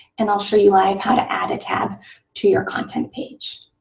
and i'll show you live how to add a tab to your content page.